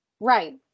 Right